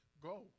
go